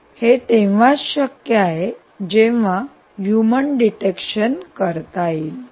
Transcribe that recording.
हे तेव्हाच शक्य आहे जेव्हा ह्यूमन डिटेक्शन करता येईल